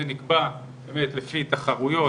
זה נקבע לפי תחרויות,